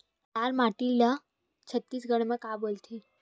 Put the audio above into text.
लाल माटी ला छत्तीसगढ़ी मा का बोलथे?